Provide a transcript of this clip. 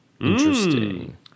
Interesting